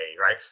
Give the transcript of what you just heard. right